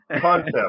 concept